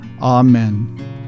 Amen